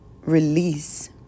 release